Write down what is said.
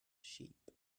sheep